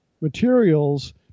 materials